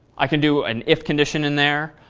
i can do an if condition in there.